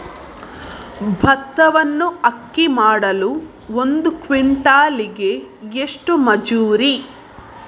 ಭತ್ತವನ್ನು ಅಕ್ಕಿ ಮಾಡಲು ಒಂದು ಕ್ವಿಂಟಾಲಿಗೆ ಎಷ್ಟು ಮಜೂರಿ?